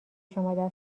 شما